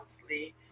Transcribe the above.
monthly